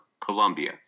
Colombia